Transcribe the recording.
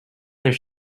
their